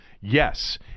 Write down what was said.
yes